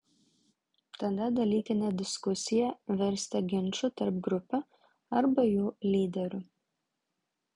tada dalykinė diskusija virsta ginču tarp grupių arba jų lyderių